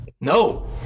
No